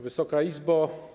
Wysoka Izbo!